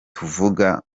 tuvuga